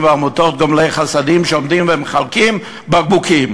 ועמותות גומלי חסדים שעומדים ומחלקים בקבוקים.